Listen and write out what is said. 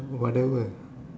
whatever